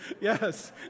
yes